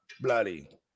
Bloody